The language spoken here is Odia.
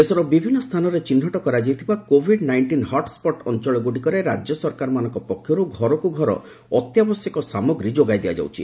ଦେଶର ବିଭିନ୍ନ ସ୍ଥାନରେ ଚିହ୍ନଟ କରାଯାଇଥିବା କୋଭିଡ୍ ନାଇଣ୍ଟିନ୍ ହଟ୍ସଟ୍ ଅଞ୍ଚଳଗୁଡ଼ିକରେ ରାଜ୍ୟ ସରକାରମାନଙ୍କ ପକ୍ଷରୁ ଘରକୁ ଘର ଅତ୍ୟାବଶ୍ୟକ ସାମଗ୍ରୀ ଯୋଗାଇ ଦିଆଯାଉଛି